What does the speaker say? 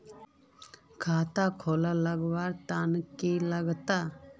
खाता खोले लगवार तने की लागत?